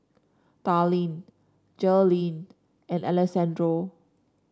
Darline Jaleel and Alexandro